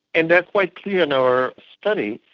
and that's quite clear in our study.